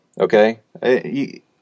Okay